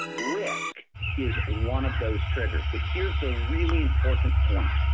risk is one of those triggers but here is the really important point,